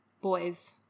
Boys